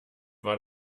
war